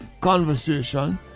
conversation